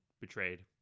Betrayed